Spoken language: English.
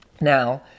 Now